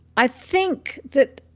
i think that